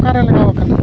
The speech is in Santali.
ᱚᱠᱟᱨᱮ ᱞᱟᱜᱟᱣ ᱟᱠᱟᱱᱟ